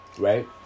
right